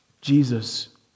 Jesus